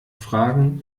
fragen